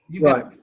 Right